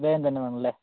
വേഗം തന്നെ വേണമല്ലേ